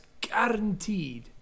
guaranteed